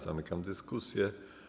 Zamykam dyskusję.